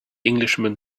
englishman